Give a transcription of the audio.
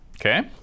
Okay